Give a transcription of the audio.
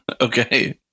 Okay